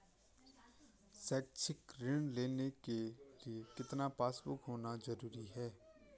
शैक्षिक ऋण लेने के लिए कितना पासबुक होना जरूरी है?